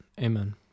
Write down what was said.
amen